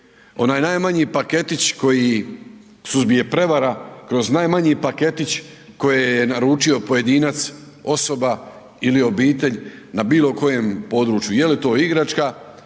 onaj najmanji paketić koji suzbije prevara kroz najmanji paketić koji je naručio pojedinac, osoba ili obitelj na bilo kojem području. Je li to igračka,